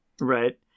Right